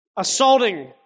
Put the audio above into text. assaulting